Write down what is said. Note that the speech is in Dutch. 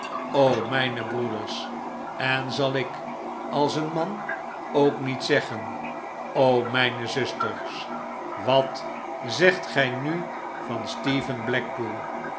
mijne broeders en zal ik als een man ook niet zeggen o mijne zusslackbridge teekt partij van de gelegenheid ters wat zegt gij n u van stephen blackpool